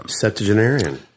Septuagenarian